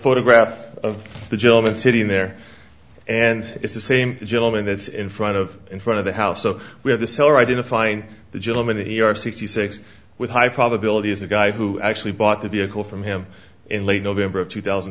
photograph of the gentleman sitting there and it's the same gentleman that's in front of in front of the house so we have the seller identifying the gentleman he are sixty six with high probability is a guy who actually bought the vehicle from him in late november of two thousand